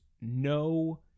no